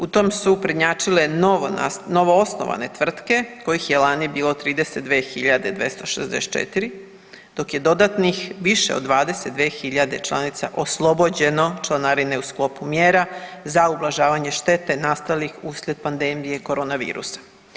U tom su prednjačile novoosnovane tvrtke kojih je lani bilo 32 hiljade 264, dok je dodatnih više od 22 hiljade članica oslobođeno članarine u sklopu mjera za ublažavanje štete nastalih uslijed pandemije korona virusa.